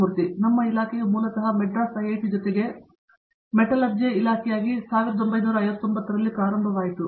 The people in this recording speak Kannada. ಮೂರ್ತಿ ನಮ್ಮ ಇಲಾಖೆಯು ಮೂಲತಃ ಮಧ್ರಾಸ್ ಐಐಟಿ ಜೊತೆಗೆ ಮೆಟಲರ್ಜಿಯ ಇಲಾಖೆಯಾಗಿ 59 ರಲ್ಲಿ ಪ್ರಾರಂಭವಾಯಿತು